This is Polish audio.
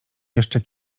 jeszcze